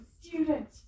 student